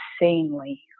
insanely